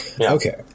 Okay